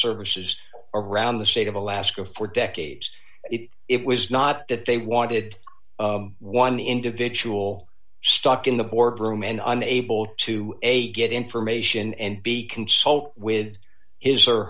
services around the state of alaska for decades if it was not that they wanted one individual stock in the boardroom and unable to get information and be consult with his or